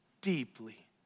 deeply